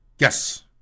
Yes